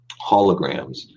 holograms